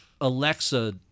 Alexa